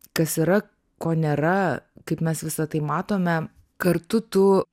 kas yra ko nėra kaip mes visa tai matome kartu tu